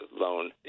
loan